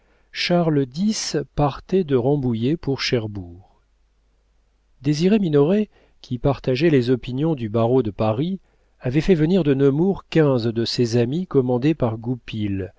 charles x partait de rambouillet pour cherbourg désiré minoret qui partageait les opinions du barreau de paris avait fait venir de nemours quinze de ses amis commandés par goupil